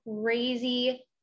crazy